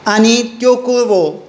आनी त्यो कुरवो